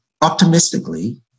optimistically